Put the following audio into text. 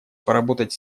поработать